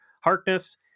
Harkness